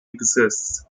exists